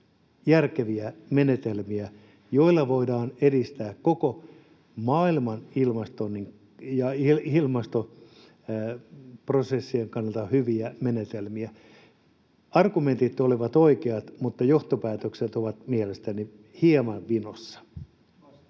järkeviä menetelmiä, joilla voidaan edistää koko maailman ilmastoprosessien kannalta hyviä menetelmiä. Argumentit olivat oikeat, mutta johtopäätökset ovat mielestäni hieman vinossa.